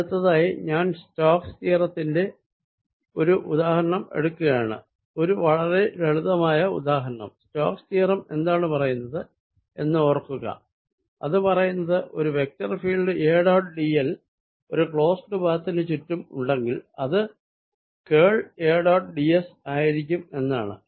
അടുത്തതായി ഞാൻ സ്റ്റോക്സ് തിയറത്തിന്റെ ഒരു ഉദാഹരണം എടുക്കുകയാണ് ഒരു വളരെ ലളിതമായ ഉദാഹരണം സ്റ്റോക്സ് തിയറം എന്താണ് പറയുന്നത് എന്ന് ഓർക്കുകഅത് പറയുന്നത് ഒരു vector field A dot d L ഒരു ക്ലോസ്ഡ് പാത്തിന് ചുറ്റും ഉണ്ടെങ്കിൽ അത് curl A dot d s ആയിരിക്കും എന്നാണ്